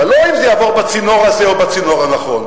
אבל לא אם זה יעבור בצינור הזה או בצינור הנכון.